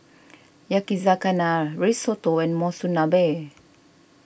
Yakizakana Risotto and Monsunabe